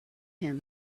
him